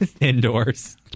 indoors